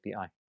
API